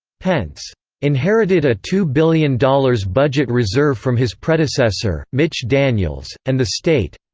pence inherited a two billion dollars budget reserve from his predecessor, mitch daniels, and the state.